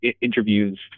interviews